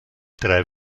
drei